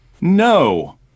no